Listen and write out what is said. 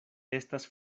estas